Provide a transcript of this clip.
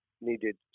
needed